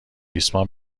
ریسمان